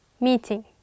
meeting